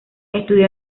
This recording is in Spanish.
estudió